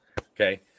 okay